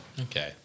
Okay